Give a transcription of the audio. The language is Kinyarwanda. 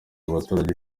abaturage